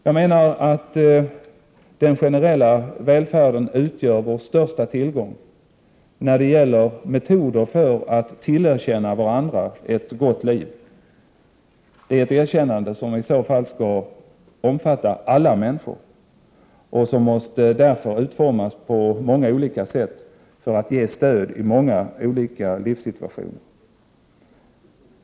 Jag menar att den generella välfärden utgör vår största tillgång när det gäller metoder för att tillerkänna varandra ett gott liv. Det är ett erkännande som i så fall skall omfatta alla människor och som därför måste utformas på många olika sätt för att ge stöd i många olika livssituationer.